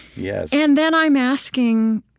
yes and then i'm asking,